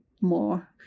more